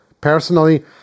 personally